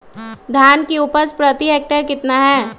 धान की उपज प्रति हेक्टेयर कितना है?